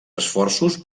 esforços